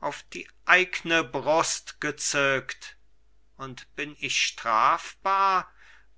auf die eigne brust gezückt und bin ich strafbar